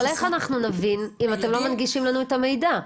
איך אנחנו נבין אם אתם לא מנגישים לנו את המידע?